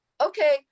okay